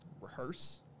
rehearse